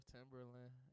Timberland